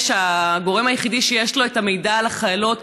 הגורם היחידי שיש לו את המידע על החיילות,